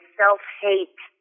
self-hate